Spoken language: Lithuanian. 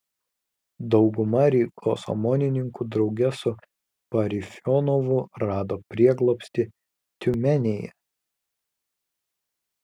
dauguma rygos omonininkų drauge su parfionovu rado prieglobstį tiumenėje